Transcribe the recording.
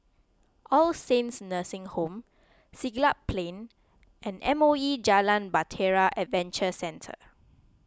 All Saints Nursing Home Siglap Plain and M O E Jalan Bahtera Adventure Centre